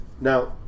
Now